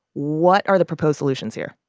what are the proposed solutions here?